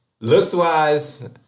Looks-wise